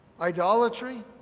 Idolatry